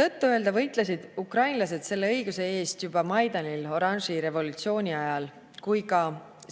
Tõtt-öelda võitlesid ukrainlased selle õiguse eest juba Maidanil oranži revolutsiooni ajal ja ka